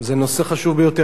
זה נושא חשוב ביותר.